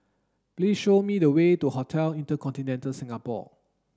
please show me the way to Hotel InterContinental Singapore